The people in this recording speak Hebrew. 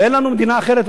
ואין לנו מדינה אחרת,